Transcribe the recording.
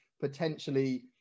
potentially